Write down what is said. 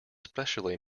specially